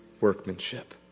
workmanship